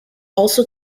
also